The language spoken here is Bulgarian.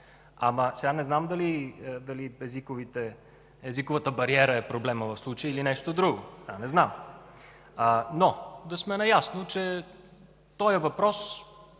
Ама не знам дали езиковата бариера е проблем в случая или нещо друго. Това не знам. Но, да сме наясно, че този въпрос